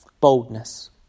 Boldness